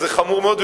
אז זה חמור מאוד,